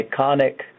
iconic